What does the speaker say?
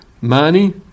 money